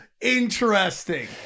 interesting